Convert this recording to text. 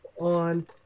on